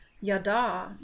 yada